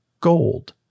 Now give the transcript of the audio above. gold